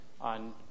on